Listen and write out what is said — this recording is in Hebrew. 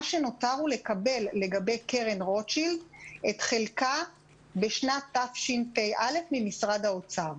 מה שנותר הוא לקבל לגבי קרן רוטשילד את חלקה בשנת תשפ"א ממשרד האוצר.